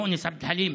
מואנס עבד אלחלים,